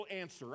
answer